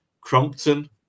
Crompton